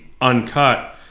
uncut